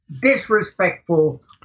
disrespectful